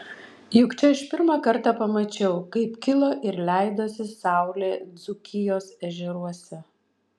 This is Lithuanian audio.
juk čia aš pirmą kartą pamačiau kaip kilo ir leidosi saulė dzūkijos ežeruose